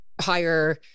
higher